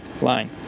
line